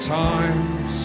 times